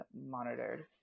monitored